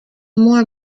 more